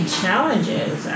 challenges